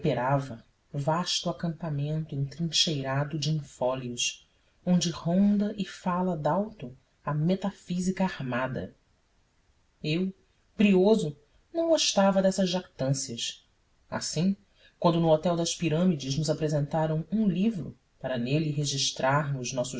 imperava vasto acampamento entrincheirado de in fólios onde ronda e fala do alto a metafísica armada eu brioso não gostava destas jactâncias assim quando no hotel das pirâmides nos apresentaram um livro para nele registrarmos nossos